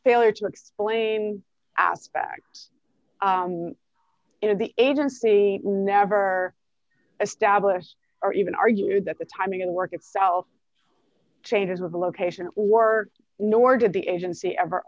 failure to explain aspects of the agency never established or even argued that the timing of the work itself changes with location work nor did the agency ever